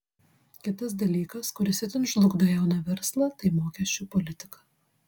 kitas dalykas kuris itin žlugdo jauną verslą tai mokesčių politika